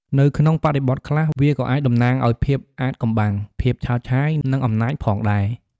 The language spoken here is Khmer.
នៅក្នុងបរិបទខ្លះ វាក៏អាចតំណាងឱ្យភាពអាថ៌កំបាំង ភាពឆើតឆាយ និងអំណាចផងដែរ។